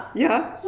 ya